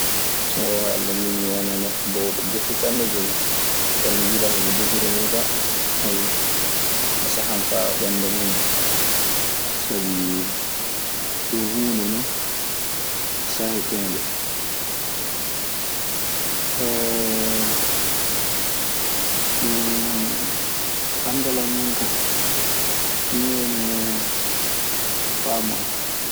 So ngoonga Alla min mi wanaa boowɗo defu sanne koy. Kaa, no njiirammi ɓe ndefira nii kaa, a sahan faa ɓennda nii non. Sabi ɗun huunde non saheteende. anndal an min ka, nii woni hen faamu an.